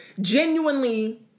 genuinely